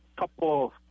Couple